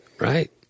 Right